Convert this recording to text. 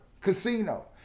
Casino